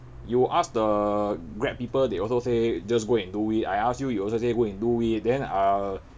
you ask the grab people they also say just go and do it I ask you you also say go and do it then uh